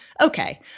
okay